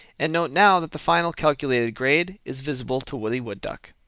and note now that the final caluclated grade is visible to woody wood duck.